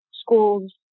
schools